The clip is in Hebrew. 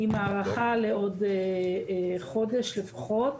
להארכה לעוד חודש לפחות.